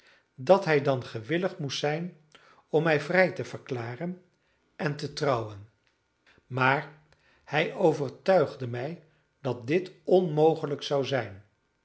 dat hij dan gewillig moest zijn om mij vrij te verklaren en te trouwen maar hij overtuigde mij dat dit onmogelijk zou zijn